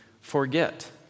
forget